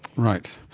right.